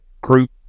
group